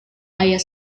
ayah